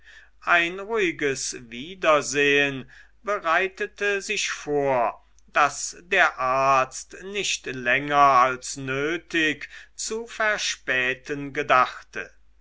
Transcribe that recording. ein ruhiges wiedersehen bereitete sich vor das der arzt nicht länger als nötig zu verspäten gedachte